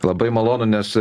labai malonu nes